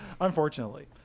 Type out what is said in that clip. unfortunately